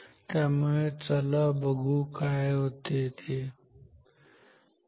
त्यामुळे चला बघू काय होते ते ठीक आहे